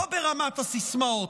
לא ברמת הסיסמאות,